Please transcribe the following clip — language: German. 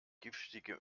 giftige